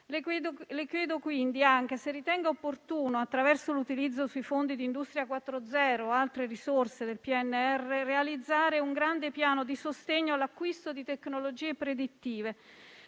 Le chiedo quindi anche se ritenga opportuno, attraverso l'utilizzo sui fondi di Industria 4.0 e altre risorse del PNRR, realizzare un grande piano di sostegno all'acquisto di tecnologie predittive,